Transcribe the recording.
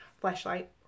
flashlight